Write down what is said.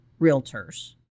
realtors